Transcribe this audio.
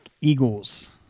Eagles